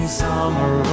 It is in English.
summer